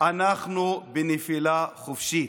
אנחנו בנפילה חופשית,